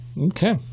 Okay